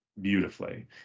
beautifully